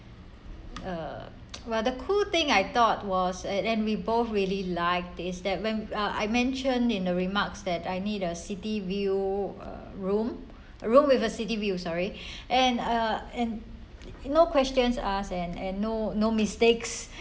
uh while the cool thing I thought was at then we both really like this that when uh I mentioned in the remarks that I need a city view uh room room with a city view sorry and uh and no questions asked and and no no mistakes